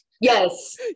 Yes